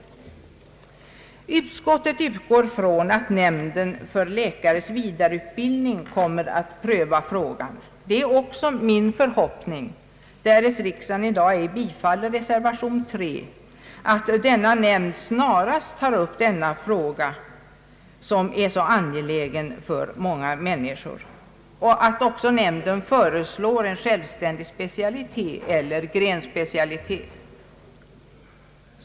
Utskottet utgår ifrån att nämnden för läkares vidareutbildning kommer att pröva frågan. Det är också min förhoppning, därest riksdagen i dag ej bifaller reservation 3, att denna nämnd snarast tar upp denna fråga, som är så angelägen för många människor, och att nämnden också föreslår en självständig specialitet eller grenspecialitet.